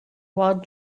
while